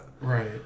right